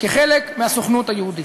כחלק מהסוכנות היהודית.